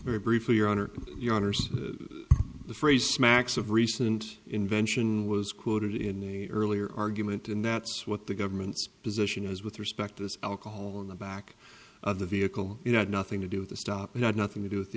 very briefly your honor your honors the phrase smacks of recent invention was quoted in the earlier argument and that's what the government's position is with respect to this alcohol on the back of the vehicle it had nothing to do with the stop it had nothing to do with the